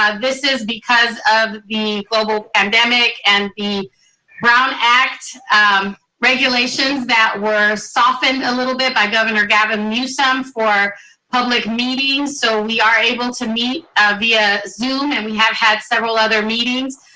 this is because of the global pandemic and the brown act regulations that were softened a little bit by governor gavin newsom for public meetings, so we are able to meet via zoom and we have had several other meetings.